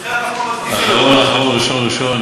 לכן אנחנו לא, אחרון, אחרון, ראשון, ראשון.